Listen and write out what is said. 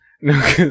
no